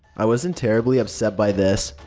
i wasn't terribly upset by this.